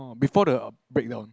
or before the break down